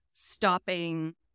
stopping